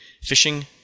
fishing